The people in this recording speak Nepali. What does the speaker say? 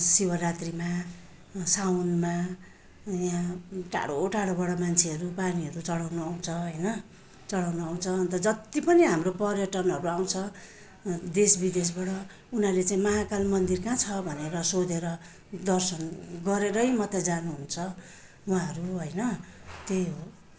शिवरात्रिमा साउनमा अनि यहाँ टाढो टाढोबड मान्छेहरू पानीहरू चढाउनु आँउछ होइन चढाउनु आँउछ अन्त जत्ति पनि हाम्रो पर्यटनहरू आँउछ देश विदेशबाट उनीहरूले चाहिँ महाकाल मन्दिर कहाँ छ भनेर सोधेर दर्शन गरेरै मात्रै जानुहुन्छ उहाँहरू होइन त्यही हो